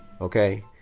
okay